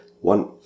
One